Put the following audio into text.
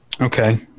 Okay